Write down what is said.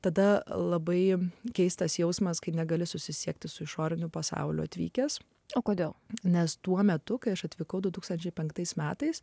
tada labai keistas jausmas kai negali susisiekti su išoriniu pasauliu atvykęs o kodėl nes tuo metu kai aš atvykau du tūkstančiais penktais metais